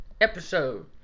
episode